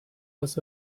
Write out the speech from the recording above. was